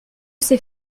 ses